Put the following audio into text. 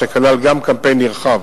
שכלל גם קמפיין נרחב